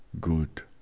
good